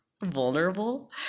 vulnerable